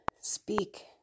speak